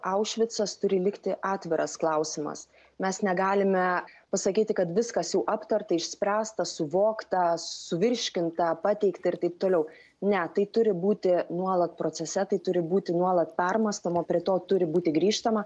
aušvicas turi likti atviras klausimas mes negalime pasakyti kad viskas jau aptarta išspręsta suvokta suvirškinta pateikta ir taip toliau ne tai turi būti nuolat procese tai turi būti nuolat permąstoma prie to turi būti grįžtama